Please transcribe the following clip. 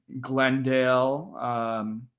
Glendale